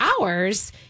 hours